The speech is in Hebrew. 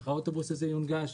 איך האוטובוס הזה יונגש,